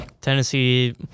Tennessee